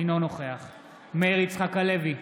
אינו נוכח מאיר יצחק הלוי,